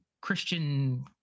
christian